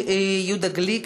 יהודה גליק,